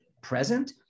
present